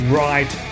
right